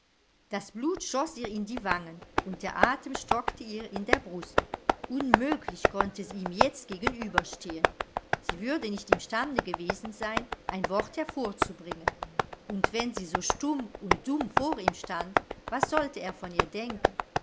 das blut schoß ihr in die wangen und der atem stockte ihr in der brust unmöglich konnte sie ihm jetzt gegenüberstehen sie würde nicht im stande gewesen sein ein wort hervorzubringen und wenn sie so stumm und dumm vor ihm stand was sollte er von ihr denken